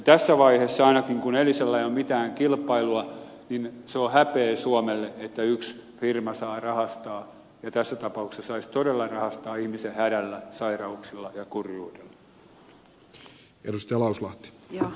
tässä vaiheessa ainakin kun elisalla ei ole mitään kilpailua niin se on häpeä suomelle että yksi firma saa rahastaa ja tässä tapauksessa saisi todella rahastaa ihmisen hädällä sairauksilla ja kurjuudella